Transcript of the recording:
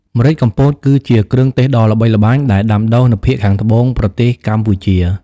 ម្រេចកំពត គឺជាគ្រឿងទេសដ៏ល្បីល្បាញ ដែលដាំដុះនៅភាគខាងត្បូងប្រទេសកម្ពុជា។